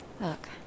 Look